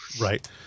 Right